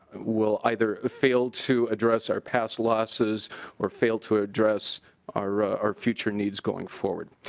will either fail to address our past losses or failed to ah address our our future needs going forward.